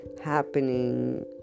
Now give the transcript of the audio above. happening